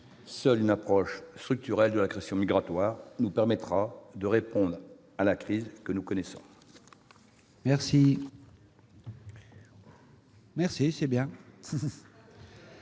Seule une approche structurelle de la question migratoire nous permettra de répondre à la crise que nous connaissons ! La parole est à